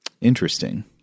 Interesting